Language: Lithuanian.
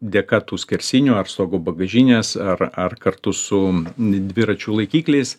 dėka tų skersinių ar stogo bagažinės ar ar kartu su dviračių laikikliais